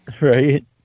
right